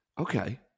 Okay